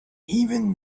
even